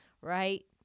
right